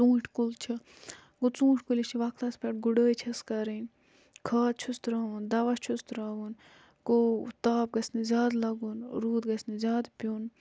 ژونٛٹھۍ کُل چھُ گوٚو ژوٗنٛٹھۍ کُلِس چھِ وَقتَس پیٹھ گُڑٲے چھَس کَرٕنۍ کھاد چھُس تراوُن دَوا چھُس تراوُن گو تاپھ گَژھنہٕ زیادٕ لَگُن روٗد گَژھنہٕ زیادٕ پیوٚن